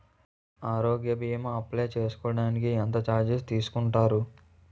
ఆరోగ్య భీమా అప్లయ్ చేసుకోడానికి ఎంత చార్జెస్ తీసుకుంటారు?